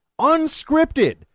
Unscripted